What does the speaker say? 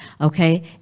Okay